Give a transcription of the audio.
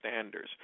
standards